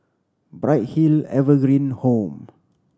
Bright Hill Evergreen Home